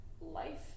life